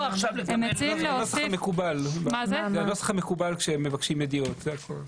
זה הנוסח המקובל כשמבקשים ידיעות, זה הכל.